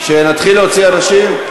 שנתחיל להוציא אנשים?